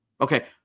Okay